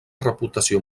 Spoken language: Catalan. reputació